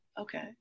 Okay